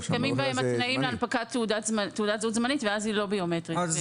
התנאים להנפקת תעודת זהות זמנית ואז היא לא ביומטרית.